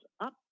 up